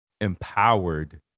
empowered